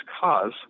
cause